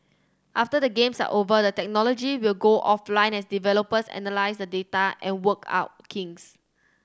after the Games are over the technology will go offline as developers analyse the data and work out kinks